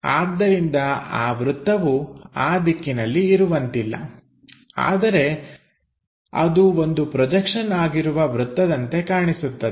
ಆದ್ದರಿಂದ ಆ ವೃತ್ತವು ಆ ದಿಕ್ಕಿನಲ್ಲಿ ಇರುವಂತಿಲ್ಲ ಆದರೆ ಅದು ಒಂದು ಪ್ರೊಜೆಕ್ಷನ್ ಆಗಿರುವ ವೃತ್ತದಂತೆ ಕಾಣಿಸುತ್ತದೆ